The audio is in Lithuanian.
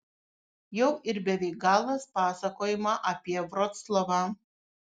jau ir beveik galas pasakojimo apie vroclavą